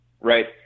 right